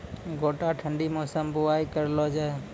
गोटा ठंडी मौसम बुवाई करऽ लो जा?